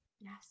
Yes